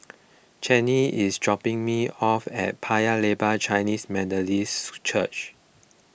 Chanie is dropping me off at Paya Lebar Chinese Methodist Church